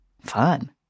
fun